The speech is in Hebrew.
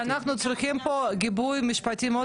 כדי שאחר כך לא יהיה לנו סיפור אנחנו צריכים פה גיבוי משפטי מאוד